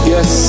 Yes